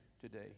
today